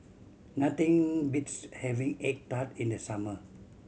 nothing beats having egg tart in the summer